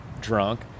drunk